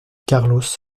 carlos